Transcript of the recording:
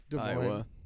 Iowa